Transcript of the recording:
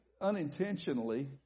unintentionally